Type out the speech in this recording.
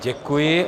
Děkuji.